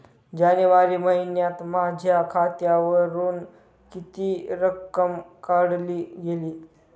जानेवारी महिन्यात माझ्या खात्यावरुन किती रक्कम काढली गेली?